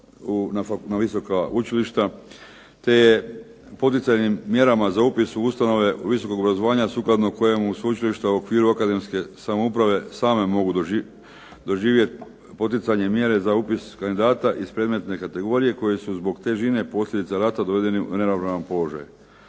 sa visoka učilišta, te je poticajnim mjerama za upis u ustanove visokog obrazovanja sukladno kojima su učilišta u okviru akademske samouprave same mogu doživjeti poticanje mjere za upis kandidata iz predmetne kategorije koje su zbog težine posljedice rata dovedeni u neravnopravan položaj.